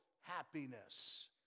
happiness